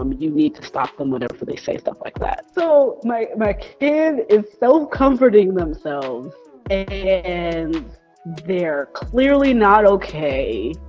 um you need to stop them whenever they say stuff like that. so, my my kid is self-comforting themselves and they're clearly not okay,